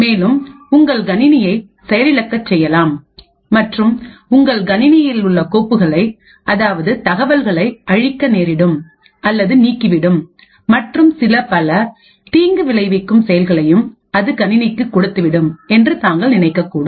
மேலும் உங்கள் கணினியை செயலிழக்கச் செய்யலாம் மற்றும் உங்கள் கணினியில் உள்ள கோப்புகளை அதாவது தகவல்களை அழிக்க நேரிடும் அல்லது நீக்கிவிடும் மற்றும் சிலபல தீங்குவிளைவிக்கும் செயல்களையும் அது கணினிக்கு கொடுத்துவிடும் என்று தாங்கள் நினைக்கக்கூடும்